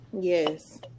Yes